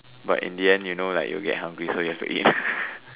but in the end you know like you will get hungry so you have to eat